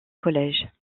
college